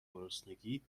گرسنگی